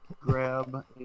grab